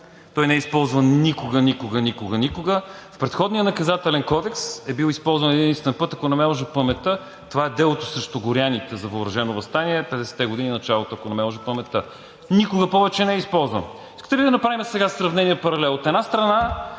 Той не е използван никога, никога, никога! В предходния Наказателен кодекс е бил използван един-единствен път, ако не ме лъже паметта – това е делото срещу горяните за въоръжено въстание в началото на 50-те години, ако не ме лъже паметта. Никога повече не е използван! Искате ли да направим сега сравнение, паралел? От една страна,